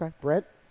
Brett